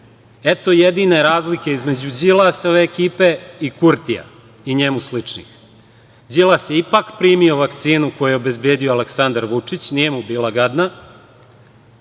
Eto jedine razlike između Đilasove ekipe i Kurtija i njemu sličnih. Đilas je ipak primio vakcinu koju je obezbedio Aleksandar Vučić, nije mu bila gadna,